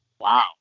Wow